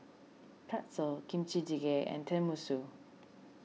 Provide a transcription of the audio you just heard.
Pretzel Kimchi Jjigae and Tenmusu